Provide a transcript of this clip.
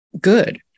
good